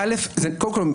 קודם כל,